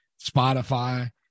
Spotify